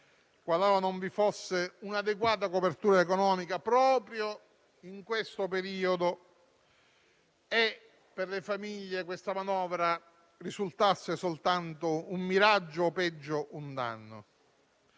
qualora non vi fosse un'adeguata copertura economica proprio in questo periodo e per le famiglie questa manovra risultasse soltanto un miraggio o, peggio, un danno.